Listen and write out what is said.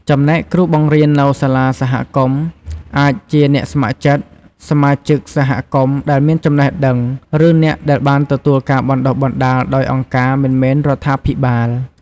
ចំណែកគ្រូបង្រៀននៅសាលាសហគមន៍អាចជាអ្នកស្ម័គ្រចិត្ត សមាជិកសហគមន៍ដែលមានចំណេះដឹង ឬអ្នកដែលបានទទួលការបណ្តុះបណ្តាលដោយអង្គការមិនមែនរដ្ឋាភិបាល។